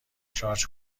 شارژ